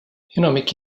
enamik